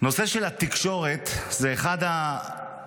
הנושא של התקשורת זה אחד המוקדים